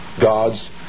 God's